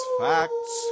facts